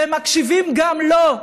והם מקשיבים גם לו.